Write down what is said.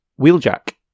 Wheeljack